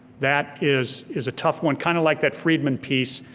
that is is a tough one, kind of like that friedman piece,